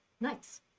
Nice